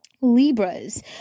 Libras